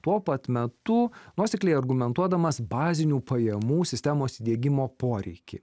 tuo pat metu nuosekliai argumentuodamas bazinių pajamų sistemos įdiegimo poreikį